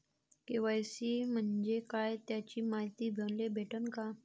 KYC म्हंजे काय त्याची मायती मले भेटन का?